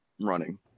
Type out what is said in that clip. running